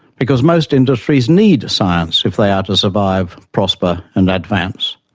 because most industries need science if they are to survive, prosper and advance.